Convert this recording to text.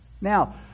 Now